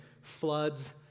floods